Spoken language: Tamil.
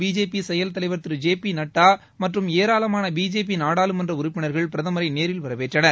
பிஜேபி செயல் தலைவர் திரு ஜே பி நட்டா மற்றம் ஏராளமான பிஜேபி நாடாளுமன்ற உறுப்பினர்கள் பிரதமரை நேரில் வரவேற்றனர்